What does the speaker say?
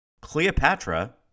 Cleopatra